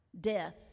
death